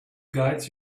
guide